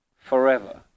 forever